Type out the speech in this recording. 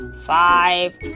five